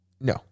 No